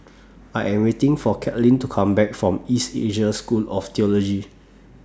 I Am waiting For Kathleen to Come Back from East Asia School of Theology